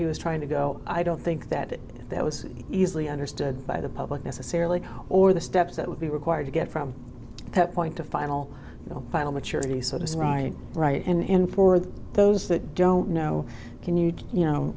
he was trying to go i don't think that that was easily understood by the public necessarily or the steps that would be required to get from that point to final final maturity so this right right and for those that don't know can you you know